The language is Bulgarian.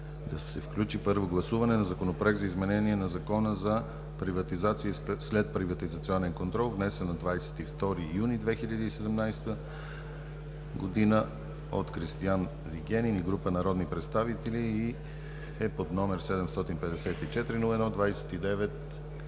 да се включи първо гласуване на Законопроекта за изменение на Закона за приватизация и следприватизационен контрол, внесен на 22 юни 2017 г. от Кристиан Вигенин и група народни представители и е под № 754 01 29